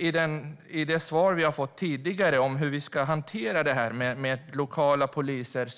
I det svar som vi tidigare har fått om hur man ska hantera detta med synliga och lokala poliser